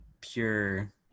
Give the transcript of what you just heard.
pure